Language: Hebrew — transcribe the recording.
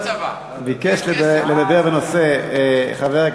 צבא מקצועי יפתור את כל הסכסוכים בחברה